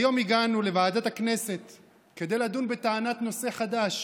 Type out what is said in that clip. היום הגענו לוועדת הכנסת כדי לדון בטענת נושא חדש